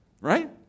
right